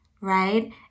right